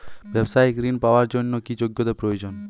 ব্যবসায়িক ঋণ পাওয়ার জন্যে কি যোগ্যতা প্রয়োজন?